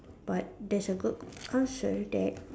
but there's a good answer that